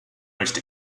most